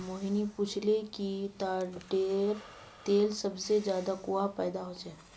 मोहिनी पूछाले कि ताडेर तेल सबसे ज्यादा कुहाँ पैदा ह छे